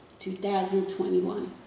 2021